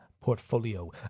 Portfolio